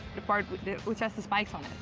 the part which has the spikes on